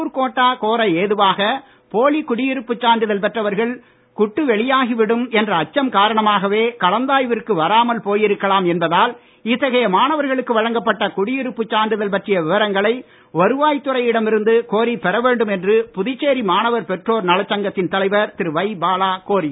உள்ளுர் கோட்டா கோர ஏதுவாக போலி குடியிருப்பு சான்றிதழ் பெற்றவர்கள் குட்டு வெளியாகிவிடும் என்ற அச்சம் காரணமாகவே கலந்தாய்விற்கு வராமல் போயிருக்கலாம் என்பதால் இத்தகைய மாணவர்களுக்கு வழங்கப்பட்ட குடியிருப்பு சான்றிதழ் பற்றிய விவரங்களை வருவாய் துறையிடம் இருந்து கோரிப் பெற வேண்டும் என்று புதுச்சேரி மாணவர் பெற்றோர் நலச் சங்கத்தின் தலைவர் திரு வை பாலா கோரி உள்ளார்